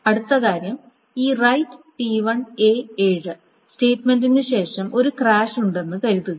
അടുത്ത കാര്യം ഈ റൈററ് T1 A 7 സ്റ്റേറ്റ്മെൻറിനു ശേഷം ഒരു ക്രാഷ് ഉണ്ടെന്ന് കരുതുക